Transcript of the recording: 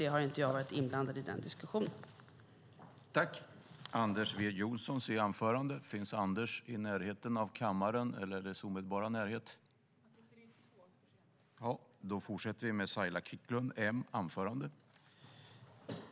Jag har inte varit inblandad i diskussionen i det här fallet.